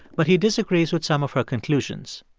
but he disagrees with some of her conclusions.